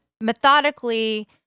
methodically